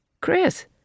Chris